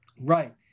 Right